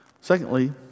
Secondly